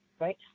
right